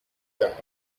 that